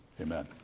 Amen